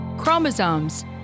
Chromosomes